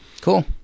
Cool